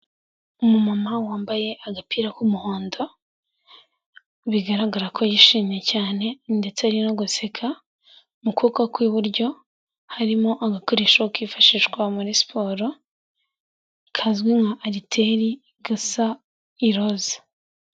Umu mama wambaye agapira k'umuhondo bigaragara ko yishimye cyane ndetse ari no guseka, mu kuboko kw'iburyo harimo agakoresho kifashishwa muri siporo kazwi nka ariteri gasa iroza.